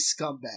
scumbag